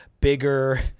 bigger